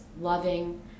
loving